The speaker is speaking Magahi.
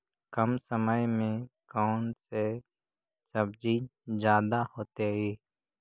कम समय में कौन से सब्जी ज्यादा होतेई?